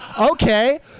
Okay